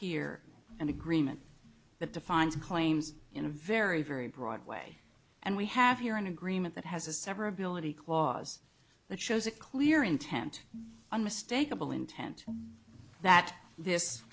here an agreement that defines claims in a very very broad way and we have here an agreement that has a severability clause that shows a clear intent a mistake of all intent and that this